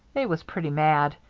they was pretty mad.